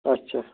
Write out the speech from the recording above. اَچھا